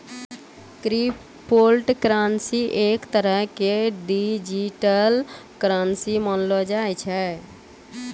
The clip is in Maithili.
क्रिप्टो करन्सी एक तरह के डिजिटल करन्सी मानलो जाय छै